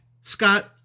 Scott